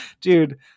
dude